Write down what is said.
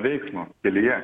veiksmo kelyje